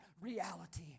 reality